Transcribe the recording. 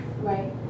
Right